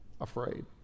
afraid